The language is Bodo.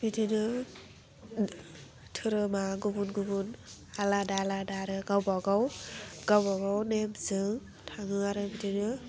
बिदिनो दोहोरोमा गुबुन गुबुन आलादा आलादा आरो गावबागाव गावबागाव नेमजों थाङो आरो बिदिनो